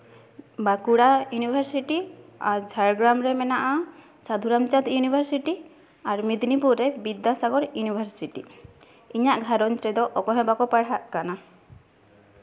Bankura university ᱟᱨ ᱡᱷᱟᱲᱜᱨᱟᱢ ᱨᱮ ᱢᱮᱱᱟᱜᱼᱟ ᱥᱟᱹᱫᱷᱩ ᱨᱟᱢᱪᱟᱸᱫᱽ ᱭᱩᱱᱤᱵᱷᱟᱨᱥᱤᱴᱤ ᱟᱨ ᱢᱮᱫᱽᱱᱤᱯᱩᱨ ᱨᱮ ᱵᱤᱫᱽᱫᱟᱥᱟᱜᱚᱨ ᱭᱩᱱᱤᱵᱷᱟᱨᱥᱤᱴᱤ ᱤᱧᱟᱹᱜ ᱜᱷᱟᱨᱚᱸᱡᱽ ᱨᱮᱫᱚ ᱚᱠᱚᱭ ᱦᱚᱸ ᱵᱟᱠᱚ ᱯᱟᱲᱦᱟᱜ ᱠᱟᱱᱟ